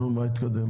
מה התקדם?